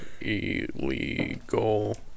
illegal